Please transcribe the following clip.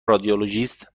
رادیولوژیست